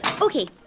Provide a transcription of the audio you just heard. Okay